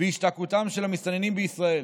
והשתקעותם של המסתננים בישראל.